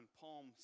Palm